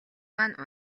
маань